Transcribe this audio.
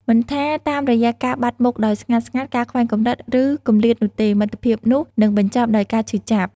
មិនថាតាមរយៈការបាត់មុខដោយស្ងាត់ៗ ការខ្វែងគំនិត ឬ គម្លាតនោះទេ មិត្តភាពនោះនឹងបញ្ចប់ដោយការឈឺចាប់។